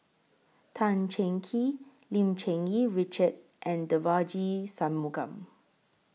Tan Cheng Kee Lim Cherng Yih Richard and Devagi Sanmugam